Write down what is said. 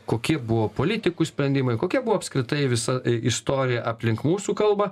kokie buvo politikų sprendimai kokia buvo apskritai visa istorija aplink mūsų kalbą